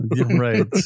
Right